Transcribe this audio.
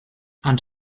and